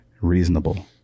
reasonable